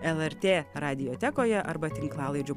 lrt radiotekoje arba tinklalaidžių